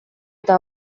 eta